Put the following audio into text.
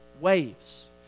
Waves